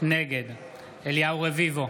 נגד אליהו רביבו,